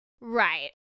Right